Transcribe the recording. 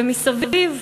ומסביב,